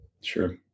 Sure